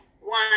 one